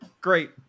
great